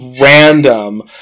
random